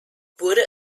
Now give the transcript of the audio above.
wurde